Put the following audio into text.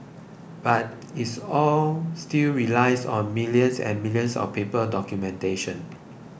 but it all still relies on millions and millions of paper documentation